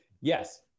yes